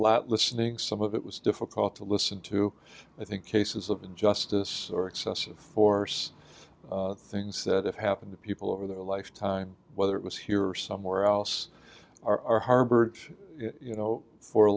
lot listening some of it was difficult to listen to i think cases of injustice or excessive force things that happen to people over their lifetime whether it was here or somewhere else our harbor you know for a